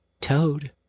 Toad